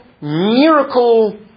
miracle